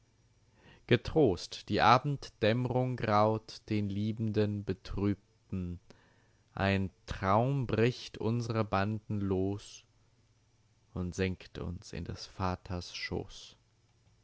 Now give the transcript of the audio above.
getrost die abenddämmrung graut den liebenden betrübten ein traum bricht unsre banden los und senkt uns in des vaters schoos